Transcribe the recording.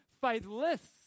Faithless